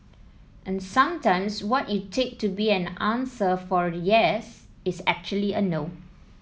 and sometimes what you take to be an answer for yes is actually a no